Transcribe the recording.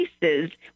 places